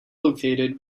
located